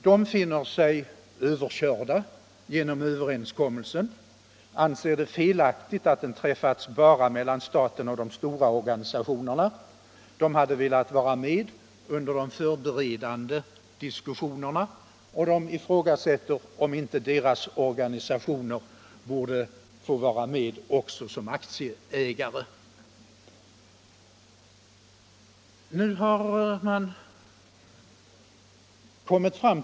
De finner sig överkörda genom överenskommelsen; de anser det felaktigt att den träffats bara mellan staten och de stora organisationerna. De hade velat vara med under de förberedande diskussionerna, och de ifrågasätter om inte deras organisationer borde få vara med också som aktieägare.